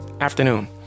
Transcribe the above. afternoon